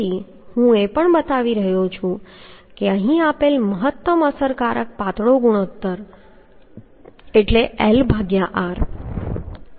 તેથી હું એ પણ બતાવી રહ્યો છું કે અહીં આપેલ છે કે મહત્તમ અસરકારક પાતળો ગુણોત્તર એટલે L ભાગ્યા R